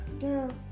girl